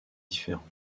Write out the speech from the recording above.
différent